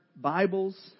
bibles